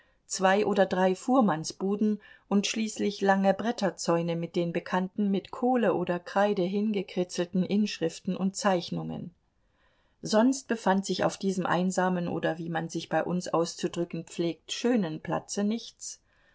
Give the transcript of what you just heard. zwei oder drei fuhrmannsbuden und schließlich lange bretterzäune mit den bekannten mit kohle oder kreide hingekritzelten inschriften und zeichnungen sonst befand sich auf diesem einsamen oder wie man sich bei uns auszudrücken pflegt schönen platze nichts